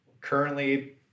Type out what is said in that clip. currently